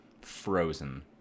Frozen